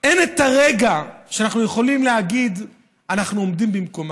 אין רגע שבו אנחנו יכולים להגיד: אנחנו עומדים במקומם.